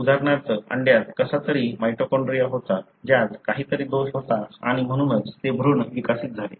उदाहरणार्थ अंड्यात कसा तरी माइटोकॉन्ड्रिया होता ज्यात काहीतरी दोष होता आणि म्हणूनच ते भ्रूण विकसित झाले